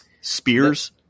Spears